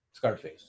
Scarface